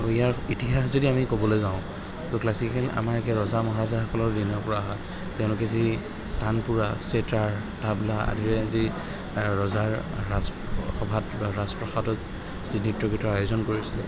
আৰু ইয়াৰ ইতিহাস যদি আমি ক'বলৈ যাওঁ তো ক্লাছিকেল আমাৰ এতিয়া ৰজা মহাৰজাসকলৰ দিনৰ পৰা অহা তেওঁলোকে যি টানপোৰা চেতাৰ তাবলা আদিৰে যি ৰজাৰ ৰাজ সভাত বা ৰাজপ্ৰসাদত যি নৃত্য গীতৰ আয়োজন কৰিছিলে